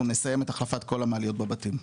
אנחנו נסיים את החלפת כל המעליות בבתים.